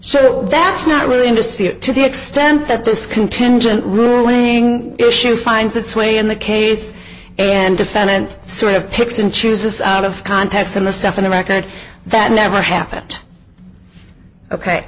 so that's not really in dispute to the extent that this contingent ruling issue finds its way in the case and defendant sort of picks and chooses out of context and the stuff in the record that never happened ok